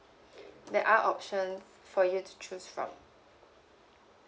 there are options for you to choose from